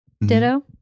Ditto